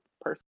person